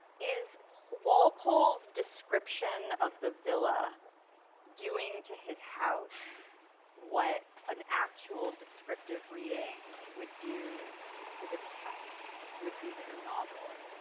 is walpole's description of the villa doing to his house what an actual descriptive reading would do to the text, would do to the novel?